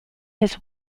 his